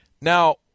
Now